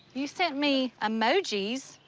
you sent me emojis.